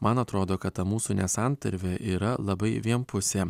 man atrodo kad ta mūsų nesantarvė yra labai vienpusė